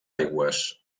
aigües